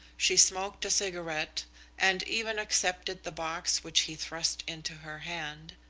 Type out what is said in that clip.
she smoked a cigarette and even accepted the box which he thrust into her hand.